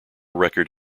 record